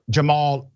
Jamal